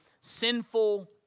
sinful